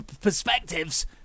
perspectives